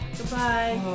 Goodbye